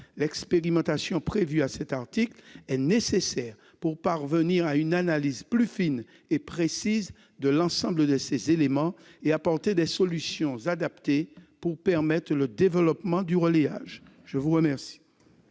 L'expérimentation prévue à cet article est nécessaire pour parvenir à une analyse plus fine et précise de l'ensemble de ces éléments, et apporter des solutions adaptées pour favoriser le développement du relayage. Je mets aux voix